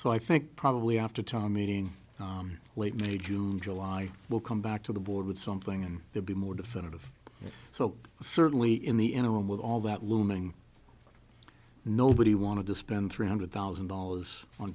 so i think probably after time meeting late may june july will come back to the board with something and they'll be more definitive so certainly in the interim with all that looming nobody want to spend three hundred thousand dollars on